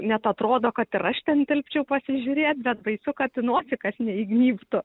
net atrodo kad ir aš ten tilpčiau pasižiūrėt bet baisu kad į nosį kas neįgnybtų